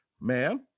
ma'am